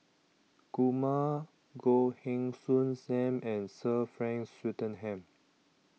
Kumar Goh Heng Soon SAM and Sir Frank Swettenham